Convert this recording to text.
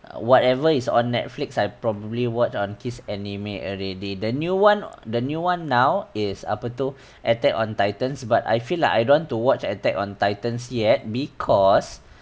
whatever is on netflix I probably watch on kiss anime already the new one the new one now is apa tu attack on titans but I feel like I don't want to watch attack on titans yet because